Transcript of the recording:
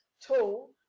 tool